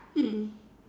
mm